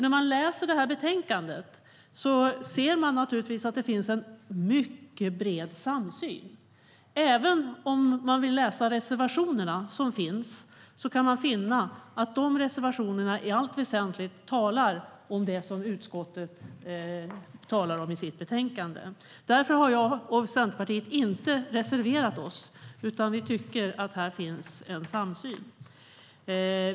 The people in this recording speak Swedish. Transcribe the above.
När man läser betänkandet ser man nämligen att det finns en mycket bred samsyn. Man finner även att det i de i reservationer som finns i allt väsentligt talas om det som utskottet talar om i sitt betänkande. Därför har vi i Centerpartiet inte reserverat oss. Vi tycker att det finns en samsyn här.